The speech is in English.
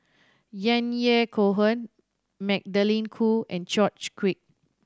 Yahya Cohen Magdalene Khoo and George Quek